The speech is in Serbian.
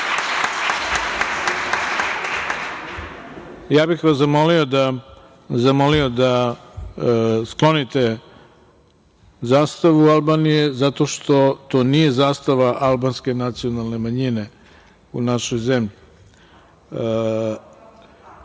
bih vas da sklonite zastavu Albanije, zato što to nije zastava albanske nacionalne manjine u našoj zemlji.